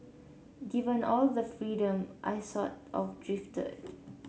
given all the freedom I sort of drifted